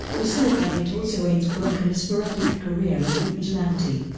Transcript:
the symbiote also aids brock in a sporadic career as a vigilante.